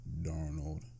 Darnold